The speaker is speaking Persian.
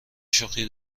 شوخی